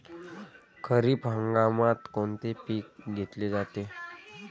खरिप हंगामात कोनचे पिकं घेतले जाते?